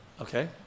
Okay